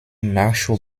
nachschub